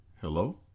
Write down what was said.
hello